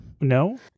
No